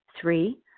Three